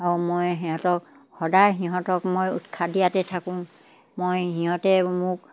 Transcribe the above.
আৰু মই সিহঁতক সদায় সিহঁতক মই উৎসাহ দিয়াতে থাকোঁ মই সিহঁতে মোক